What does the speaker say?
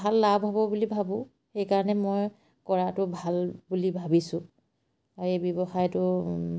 ভাল লাভ হ'ব বুলি ভাবোঁ সেইকাৰণে মই কৰাটো ভাল বুলি ভাবিছোঁ আৰু এই ব্যৱসায়টো